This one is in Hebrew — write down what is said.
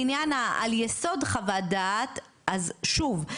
לעניין על יסוד חוות דעת אז שוב,